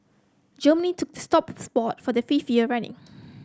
Germany took the top spot for the fifth year running